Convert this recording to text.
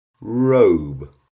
robe